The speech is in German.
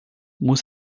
muss